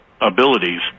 abilities